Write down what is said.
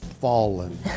Fallen